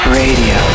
radio